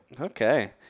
Okay